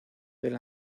del